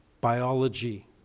Biology